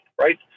right